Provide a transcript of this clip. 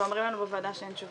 אמרו לנו בוועדה שאין תשובות,